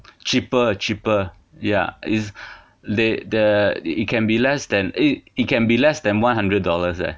cheaper cheaper ya is they there it can be less than eh it can be less than one hundred dollars leh